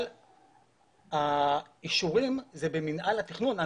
אבל האישורים זה במינהל התכנון.